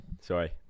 Sorry